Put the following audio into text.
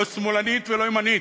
לא שמאלנית ולא ימנית,